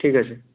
ঠিক আছে